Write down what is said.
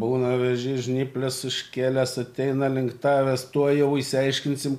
būna vėžys žnyples iškėlęs ateina link tavęs tuojau išsiaiškinsim